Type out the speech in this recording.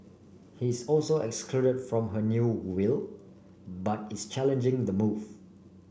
he is also excluded from her new will but is challenging the move